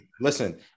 Listen